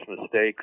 mistakes